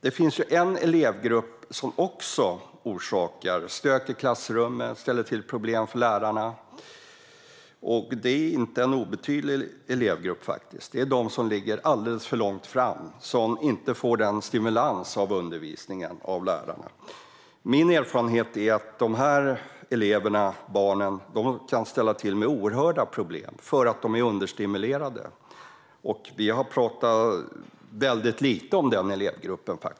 Det finns en annan elevgrupp som också orsakar stök i klassrummet och ställer till problem för lärarna. Det är inte en obetydlig elevgrupp. Det är de som ligger alldeles för långt fram och som inte får tillräcklig stimulans av lärarnas undervisning. Min erfarenhet är att dessa elever kan ställa till med oerhört stora problem för att de är understimulerade. Vi har faktiskt talat väldigt lite om denna elevgrupp.